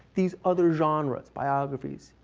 these other genres, biographies,